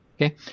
okay